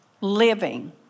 living